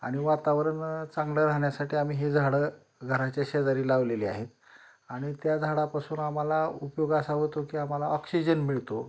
आणि वातावरण चांगलं राहण्यासाठी आम्ही हे झाडं घराच्या शेजारी लावलेली आहेत आणि त्या झाडापासून आम्हाला उपयोग असा होतो की आम्हाला ऑक्सिजन मिळतो